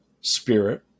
spirit